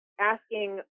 asking